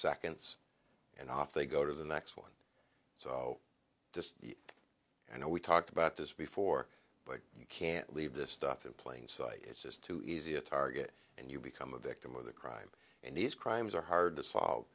seconds and off they go to the next one so you know we talked about this before but you can't leave this stuff in plain sight it's just too easy a target and you become a victim of the crime and these crimes are hard to solve